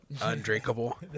Undrinkable